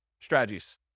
strategies